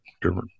different